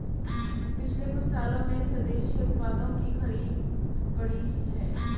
पिछले कुछ सालों में स्वदेशी उत्पादों की खरीद बढ़ी है